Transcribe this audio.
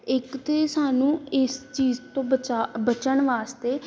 ਇੱਕ ਤਾਂ ਸਾਨੂੰ ਇਸ ਚੀਜ਼ ਤੋਂ ਬਚਾਅ ਬਚਣ ਵਾਸਤੇ